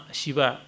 Shiva